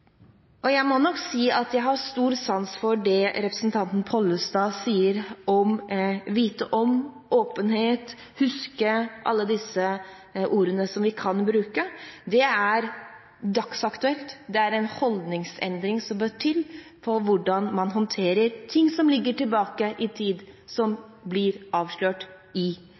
Jeg må nok si at jeg har stor sans for det representanten Pollestad sier om åpenhet, om det å vite om, huske – alle disse ordene som vi kan bruke. Det er dagsaktuelt. Det er en holdningsendring som må til for hvordan man håndterer ting som ligger tilbake i tid, og som blir avslørt i